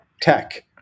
tech